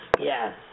Yes